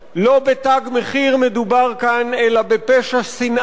לא בתג מחיר מדובר כאן, אלא בפשע שנאה,